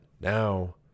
Now